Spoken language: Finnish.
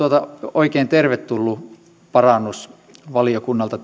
oikein tervetullut parannus valiokunnalta